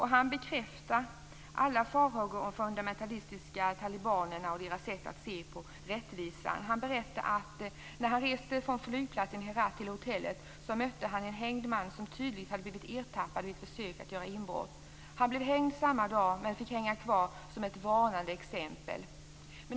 Han bekräftar alla farhågor om fundamentalistiska talibaner och deras sätt att se på rättvisa. Han berättar att när han reste från flygplatsen i Herat till hotellet såg han en hängd man som tydligen hade blivit ertappad vid ett försök att göra inbrott. Han blev hängd samma dag men fick hänga kvar som ett varnande exempel.